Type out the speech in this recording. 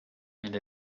and